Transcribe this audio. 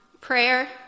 prayer